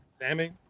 Sammy